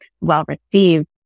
well-received